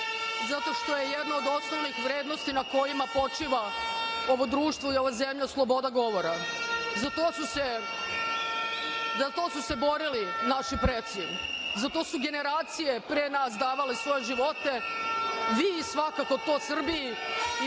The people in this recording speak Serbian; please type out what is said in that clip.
zato što je jedna od osnovnih vrednosti na kojima počiva ovo društvo i ova zemlja sloboda govora. Za to su se borili naši preci, za to su generacije pre nas davale svoje živote. Vi svakako to Srbiji i